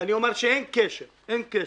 אני אומר שאין קשר, אין קשר,